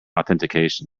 authentication